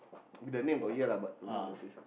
the name got hear lah but don't know the face